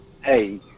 Hey